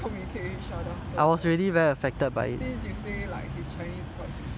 communicate with each other since you say like his chinese is quite basic